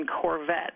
Corvette